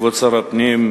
כבוד שר הפנים,